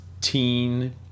teen